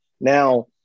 Now